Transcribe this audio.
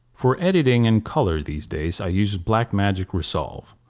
for editing and color these days i use blackmagic resolve.